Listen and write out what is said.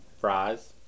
fries